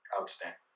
Outstanding